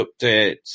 updates